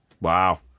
Wow